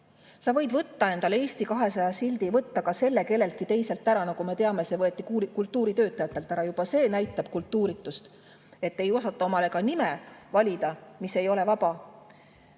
Sa võid võtta endale Eesti 200 sildi, võtta ka selle kelleltki teiselt ära – nagu me teame, see võeti kultuuritöötajatelt ära. Juba see näitab kultuuritust, et isegi ei osata omale valida nime, mis ei ole vaba.